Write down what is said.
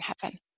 heaven